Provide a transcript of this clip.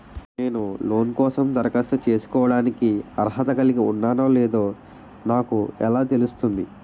నేను లోన్ కోసం దరఖాస్తు చేసుకోవడానికి అర్హత కలిగి ఉన్నానో లేదో నాకు ఎలా తెలుస్తుంది?